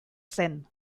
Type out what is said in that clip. zen